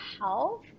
health